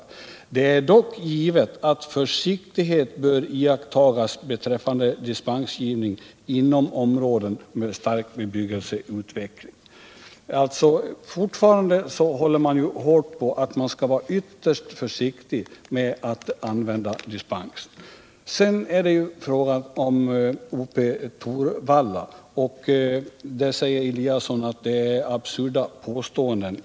Det är dock givet att försiktighet bör iakttas beträffande dispensgivningen inom områden med stark bebyggelseutveckling.” Fortfarande håller man således hårt på kravet att man skall vara ytterst försiktig med att använda dispensförfarandet. Sedan säger Björn Eliasson beträffande Ope-Torvalla-ärendet att jag kommer med absurda påståenden.